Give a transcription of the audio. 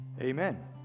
Amen